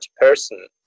person